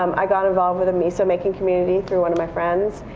um i got involved with a miso making community through one of my friends.